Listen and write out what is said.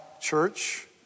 church